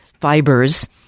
fibers